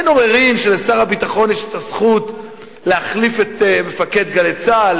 אין עוררין שלשר הביטחון יש את הזכות להחליף את מפקד "גלי צה"ל",